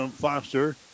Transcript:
Foster